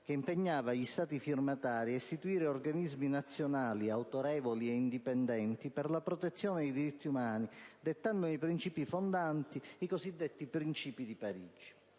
che impegnava gli Stati firmatari ad istituire organismi nazionali, autorevoli e indipendenti, per la protezione dei diritti umani, dettandone i principi fondanti (i cosiddetti principi di Parigi).